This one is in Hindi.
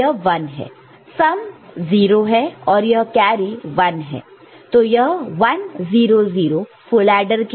सम 0 है और यह कैरी 1 है तो यह 1 0 0 फुल एडर के लिए